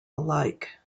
alike